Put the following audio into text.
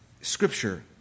Scripture